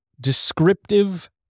descriptive